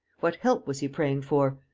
what help was he praying for?